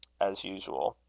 as usual.